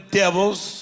devil's